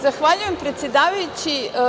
Zahvaljujem predsedavajući.